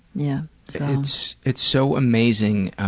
yeah it's it's so amazing